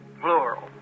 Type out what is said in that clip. plural